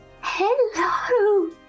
hello